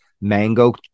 mango